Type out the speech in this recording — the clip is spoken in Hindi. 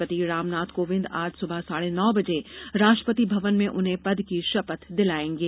राष्ट्रपति रामनाथ कोविंद आज सुबह साढ़े नौ बजे राष्ट्रपति भवन में उन्हें पद की शपथ दिलाएंगे